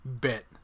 bit